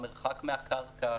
המרחק מהקרקע,